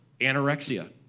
anorexia